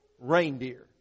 reindeer